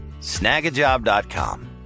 Snagajob.com